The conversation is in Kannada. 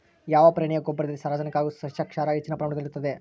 ಯಾವ ಪ್ರಾಣಿಯ ಗೊಬ್ಬರದಲ್ಲಿ ಸಾರಜನಕ ಹಾಗೂ ಸಸ್ಯಕ್ಷಾರ ಹೆಚ್ಚಿನ ಪ್ರಮಾಣದಲ್ಲಿರುತ್ತದೆ?